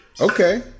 Okay